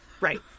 Right